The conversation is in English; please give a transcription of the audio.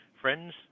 friends